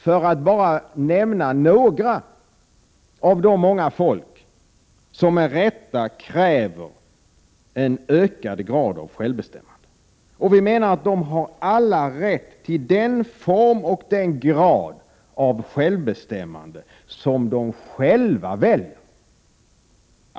Detta är bara några av de folk som med rätta kräver en ökad grad av självbestämmande. Vi menar att de alla har rätt till den form och den grad av självbestämmande som de själva väljer.